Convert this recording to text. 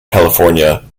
california